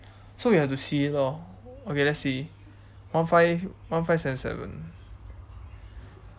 so we have to see lor okay let's see one five one five seven seven